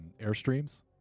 Airstreams